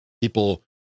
People